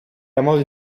amor